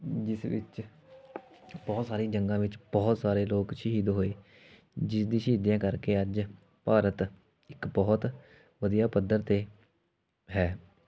ਜਿਸ ਵਿੱਚ ਬਹੁਤ ਸਾਰੀਆਂ ਜੰਗਾਂ ਵਿੱਚ ਬਹੁਤ ਸਾਰੇ ਲੋਕ ਸ਼ਹੀਦ ਹੋਏ ਜਿਸ ਦੀ ਸ਼ਹੀਦੀਆਂ ਕਰਕੇ ਅੱਜ ਭਾਰਤ ਇੱਕ ਬਹੁਤ ਵਧੀਆ ਪੱਧਰ 'ਤੇ ਹੈ